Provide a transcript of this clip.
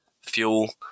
fuel